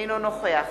אינו נוכח